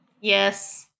Yes